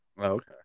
Okay